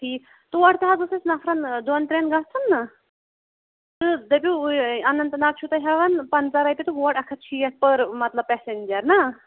ٹھیٖک تور تہِ حظ اوس اَسہِ نفرَن دۄن ترٛٮ۪ن گَژھُن نہ تہٕ دٔپِو اننت ناگ چھُو تُہۍ ہٮ۪وان پنٛژاہ رۄپیہِ تہٕ ہور اَکھ ہَتھ شیٹھ پٔر مَطلَب پٮ۪سٮ۪نٛجَر نَہ